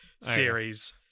series